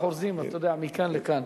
חורזים, אתה יודע, מכאן לכאן.